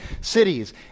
cities